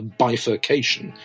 bifurcation